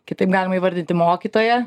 kitaip galima įvardinti mokytoja